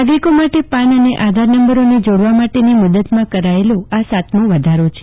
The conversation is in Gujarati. નાગરીકો માટે પાન અને આધાર નંબરોને જોડવા માટેની મુદતમાં કરાયેલો આ સાતમો વધારો છે